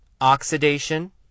Oxidation